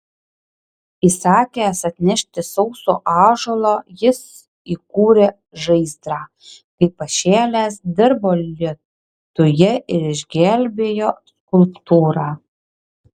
įsakęs atnešti sauso ąžuolo jis įkūrė žaizdrą kaip pašėlęs dirbo lietuje ir išgelbėjo skulptūrą